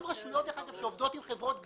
גם רשויות מקומיות שעובדות עם חברות גבייה,